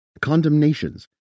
condemnations